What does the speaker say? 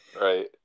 Right